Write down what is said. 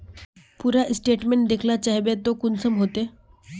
पूरा स्टेटमेंट देखला चाहबे तो कुंसम होते?